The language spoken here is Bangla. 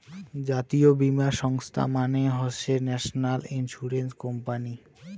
জাতীয় বীমা সংস্থা মানে হসে ন্যাশনাল ইন্সুরেন্স কোম্পানি